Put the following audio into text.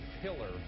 pillar